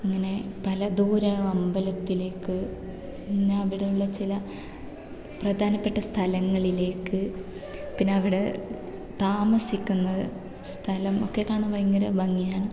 അങ്ങനെ പല ദൂര അമ്പലത്തിലേക്ക് പിന്നെ അവിടെ ഉള്ള ചില പ്രധാനപ്പെട്ട സ്ഥലങ്ങളിലേക്ക് പിന്നെ അവിടെ താമസിക്കുന്ന സ്ഥലം ഒക്കെ കാണാൻ ഭയങ്കര ഭംഗിയാണ്